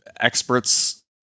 experts